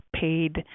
paid